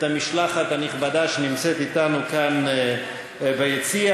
המשלחת הנכבדה שנמצאת אתנו כאן ביציע.